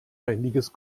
einiges